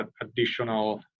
additional